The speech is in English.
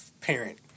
parent